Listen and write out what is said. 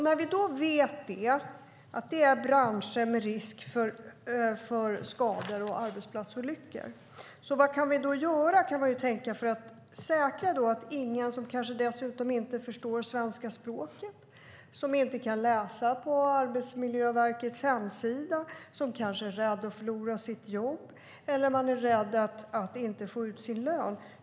När vi då vet att det är branscher med risk för skador och arbetsplatsolyckor kan man tänka: Vad kan vi göra? Det är människor som kanske inte förstår svenska språket, som inte kan läsa på Arbetsmiljöverkets hemsida, som kanske är rädda för att förlora sitt jobb eller för att inte få ut sin lön.